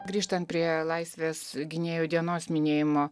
grįžtant prie laisvės gynėjų dienos minėjimo